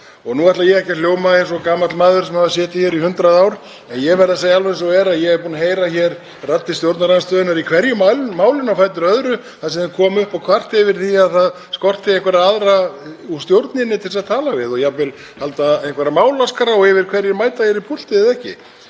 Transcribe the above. Nú ætla ég ekki að hljóma eins og gamall maður sem hefur setið hér í 100 ár en ég verð að segja alveg eins og er að ég er búinn að heyra hér raddir stjórnarandstöðunnar í hverju málinu á fætur öðru þar sem þau koma upp og kvarta yfir því að það skorti einhverja aðra úr stjórninni til þess að tala við og jafnvel halda einhverja málaskrá yfir það hverjir mæta hér í púltið og